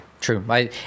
true